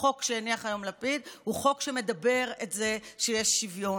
החוק שהניח היום לפיד הוא חוק שמדבר על זה שיהיה שוויון.